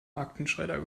aktenschredder